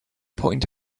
point